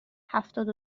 هفتاد